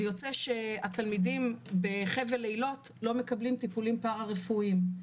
ויוצא שהתלמידים בחבל אילות לא מקבלים טיפולים פרה רפואיים,